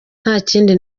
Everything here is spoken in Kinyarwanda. ntakindi